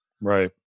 right